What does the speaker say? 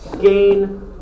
gain-